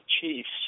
Chiefs